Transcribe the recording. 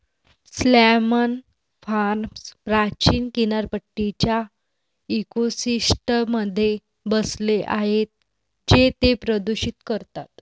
salmon farms प्राचीन किनारपट्टीच्या इकोसिस्टममध्ये बसले आहेत जे ते प्रदूषित करतात